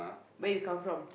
where you come from